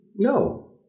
No